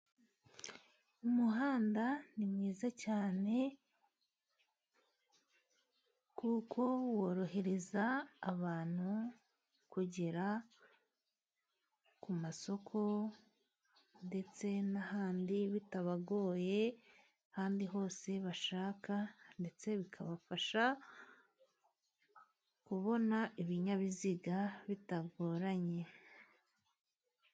Umuhanda ni mwiza cyane kuko worohereza abantu kugera ku masoko ndetse n'ahandi bitabagoye, ahandi hose bashaka ndetse bikabafasha kubona ibinyabiziga bitagoranye.